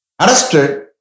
arrested